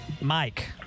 Mike